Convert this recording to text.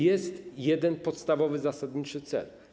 Jest jeden podstawowy, zasadniczy cel.